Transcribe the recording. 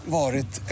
varit